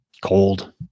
cold